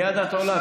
מייד את עולה,